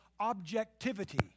Objectivity